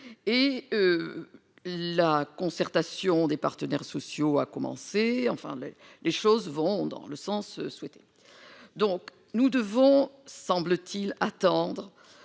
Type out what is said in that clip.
et la concertation des partenaires sociaux, a commencé, enfin les les choses vont dans le sens souhaité, donc nous devons semble-t-il attendre